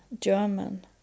German